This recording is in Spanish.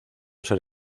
ser